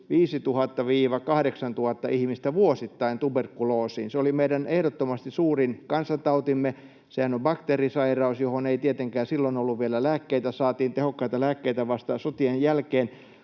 5 000—8 000 ihmistä vuosittain tuberkuloosiin. Se oli ehdottomasti meidän suurin kansantautimme — sehän on bakteerisairaus, johon ei tietenkään silloin ollut vielä lääkkeitä, tehokkaita lääkkeitä saatiin vasta sotien jälkeen